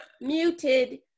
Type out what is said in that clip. muted